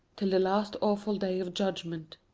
till the last awful day of judgment.